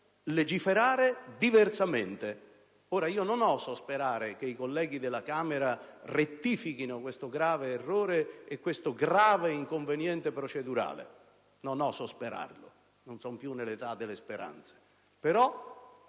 legiferare diversamente. Non oso sperare che i colleghi della Camera rettifichino questo grave errore e questo grave inconveniente procedurale. Non oso sperarlo, non sono più nell'età delle speranze.